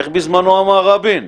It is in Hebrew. איך בזמנו אמר רבין?